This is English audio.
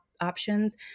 options